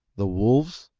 the wolves?